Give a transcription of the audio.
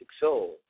soul